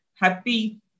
happy